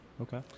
okay